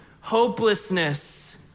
hopelessness